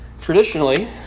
Traditionally